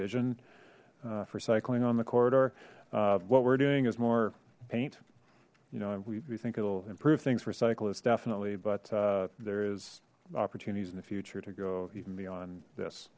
vision for cycling on the corridor what we're doing is more paint you know we think it'll improve things for cyclists definitely but there is opportunities in the future to go even beyond this